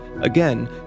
Again